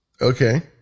Okay